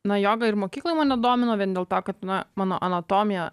na joga ir mokykloj mane domino vien dėl to kad na mano anatomija